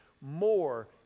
more